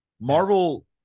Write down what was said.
Marvel